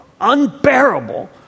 unbearable